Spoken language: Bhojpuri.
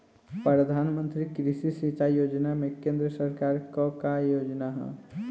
प्रधानमंत्री कृषि सिंचाई योजना में केंद्र सरकार क का योगदान ह?